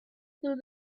through